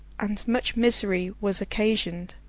and much misery was occasioned.